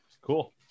Cool